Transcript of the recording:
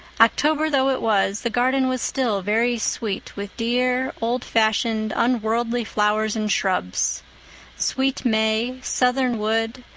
october though it was, the garden was still very sweet with dear, old-fashioned, unworldly flowers and shrubs sweet may, southern-wood,